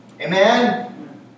Amen